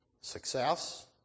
success